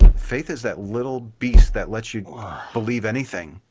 faith is that little beast that lets you believe anything.